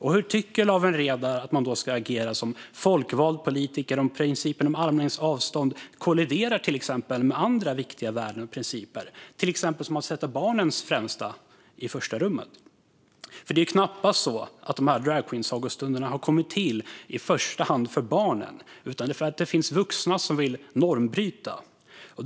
Hur tycker Lawen Redar att man ska agera som folkvald politiker om principen om armlängds avstånd kolliderar med andra viktiga värden och principer, till exempel att sätta barnens bästa i främsta rummet? Det är knappast så att dessa dragqueensagostunder har kommit till i första hand för barnen, utan det handlar om att det finns vuxna som vill bryta normer.